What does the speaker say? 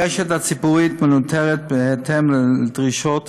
הרשת הציבורית מנוטרת בהתאם לדרישות